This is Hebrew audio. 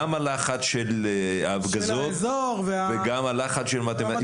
גם הלחץ של ההפגזות וגם הלחץ של מתימטיקה,